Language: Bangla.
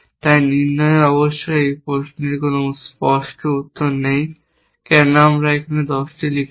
তাই নির্ণয়ের অবশ্যই এই প্রশ্নের কোন স্পষ্ট উত্তর নেই কেন আমরা এখানে এই 10টি দেখছি